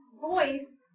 voice